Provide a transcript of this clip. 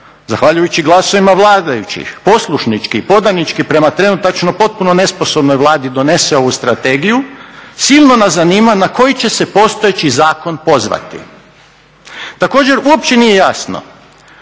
zahvaljujući glasovima vladajućih poslušnički i podanički prema trenutačno potpuno nesposobnoj Vladi donese ovu strategiju silno nas zanima na koji će se postojeći zakon pozvati. Također, uopće nije jasno